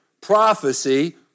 prophecy